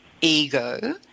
ego